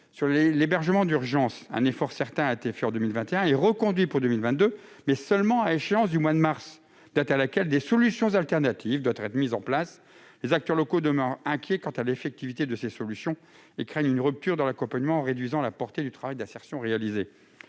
Sur l'hébergement d'urgence, d'abord, un effort certain a été consenti en 2021 et reconduit pour 2022, mais seulement à échéance du mois de mars, date à laquelle des solutions de remplacement doivent être mises en place. Les acteurs locaux demeurent inquiets quant à l'effectivité de ces solutions et craignent une rupture dans l'accompagnement, réduisant la portée du travail d'insertion réalisé.